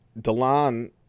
Delon